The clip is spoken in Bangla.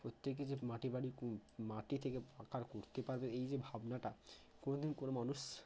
প্রত্যেকে যে মাটির বাড়ি মাটি থেকে পাকা করতে পারবে এই যে ভাবনাটা কোনো দিন কোনো মানুষ